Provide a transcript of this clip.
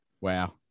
Wow